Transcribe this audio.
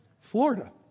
Florida